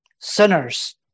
sinners